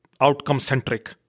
outcome-centric